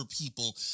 people